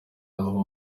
aho